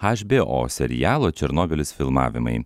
hbo serialo černobylis filmavimai